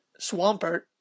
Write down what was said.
Swampert